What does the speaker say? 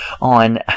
on